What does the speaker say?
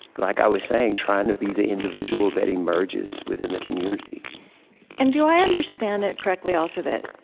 like i was saying, trying to be the individual that emerges within the community and do i understand it correctly, also, that